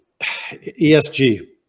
ESG